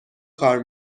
کار